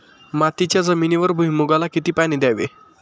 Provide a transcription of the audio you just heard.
मातीच्या जमिनीवर भुईमूगाला किती पाणी द्यावे?